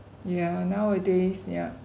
yeah nowadays ya